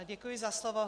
Děkuji za slovo.